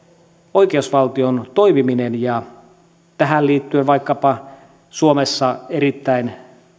oikeusvaltion toimiminen ja tähän liittyen vaikkapa suomessa erittäin